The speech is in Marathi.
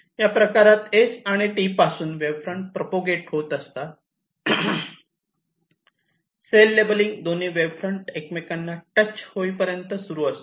या प्रकारात S आणि T पासून वेव्ह फ्रंट प्रप्रोगेट होत असतात सेल लेबलिंग दोन्ही वेव्ह फ्रंट एकमेकांना टच होईपर्यंत सुरू असते